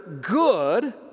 good